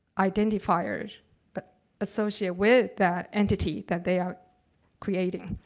identifiers but associated with that entity that they are creating.